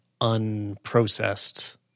unprocessed